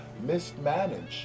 mismanaged